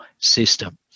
system